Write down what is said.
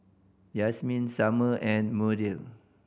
Yasmeen Summer and Muriel